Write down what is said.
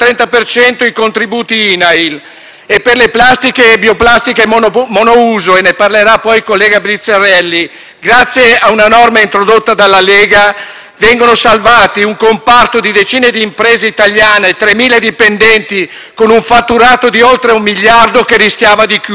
per le plastiche e bioplastiche monouso - ne parlerà dopo il collega Briziarelli - grazie a una norma introdotta dalla Lega, viene salvato un comparto di decine di imprese italiane, con 3.000 dipendenti e un fatturato di oltre un miliardo, che rischiava di chiudere. *(Applausi